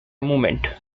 movement